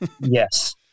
Yes